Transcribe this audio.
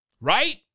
Right